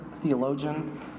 theologian